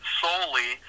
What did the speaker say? solely